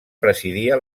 presidia